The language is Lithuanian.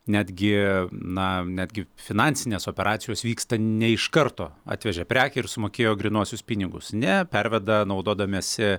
netgi na netgi finansinės operacijos vyksta ne iš karto atvežė prekę ir sumokėjo grynuosius pinigus ne perveda naudodamiesi